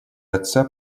отца